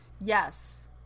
Yes